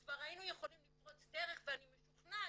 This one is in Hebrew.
כבר היינו יכולים לפרוץ דרך ואני משוכנעת